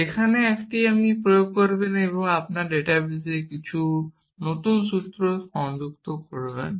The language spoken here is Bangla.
যেখানে আপনি এটি প্রয়োগ করবেন এবং আপনার ডাটাবেসে কিছু নতুন সূত্র যুক্ত করবেন